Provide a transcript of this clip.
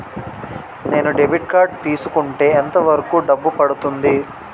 నేను debit card తీసుకుంటే ఎంత వరకు డబ్బు పడుతుంది?